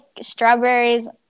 strawberries